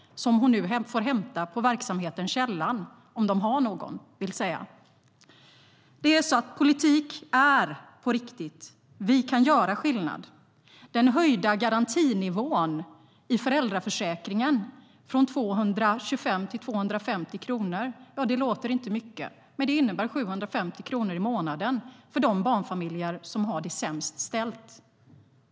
Nu får hon hämta den på verksamheten Källan i stället - om de har någon, vill säga. Politik är på riktigt. Vi kan göra skillnad. En höjning av garantinivån i föräldraförsäkringen från 225 till 250 kronor låter inte mycket. Men det innebär 750 kronor i månaden för de barnfamiljer som har det sämst ställt.